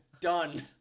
done